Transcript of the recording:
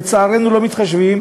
לצערנו, לא מתחשבים,